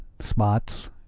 spots